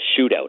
shootout